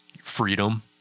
Freedom